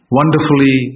wonderfully